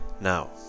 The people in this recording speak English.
now